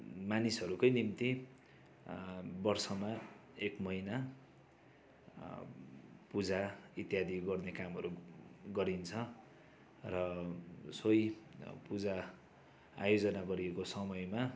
मानिसहरूकै निम्ति वर्षमा एक महिना पूजा इत्यादि गर्ने कामहरू गरिन्छ र सोही पूजा आयोजना गरिएको समयमा